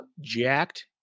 jacked